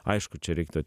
aišku čia reiktų